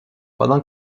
pendant